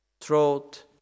throat